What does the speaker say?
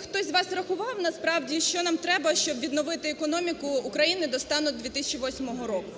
Хтось з вас рахував насправді, що нам треба, щоб відновити економіку України до стану 2008 року?